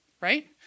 right